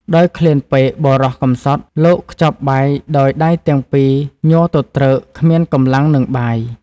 ដោយឃ្លានពេក បុរសកំសត់លាកខ្ចប់បាយដោយ ដៃទាំងពីរញ័រទទ្រើកគ្មានកម្លាំងនិងបាយ ។